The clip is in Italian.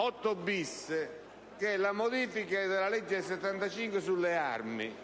8*‑bis*, che reca modifiche alla legge n. 110 del 1975 sulle armi,